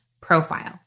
profile